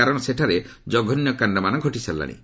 କାରଣ ସେଠାରେ ଜଘନ୍ୟ କାଣ୍ଡମାନ ଘଟି ସାରିଲାଣି